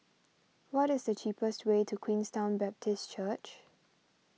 what is the cheapest way to Queenstown Baptist Church